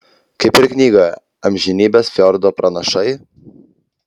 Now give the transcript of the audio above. kaip ir knygoje amžinybės fjordo pranašai